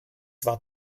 war